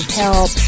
help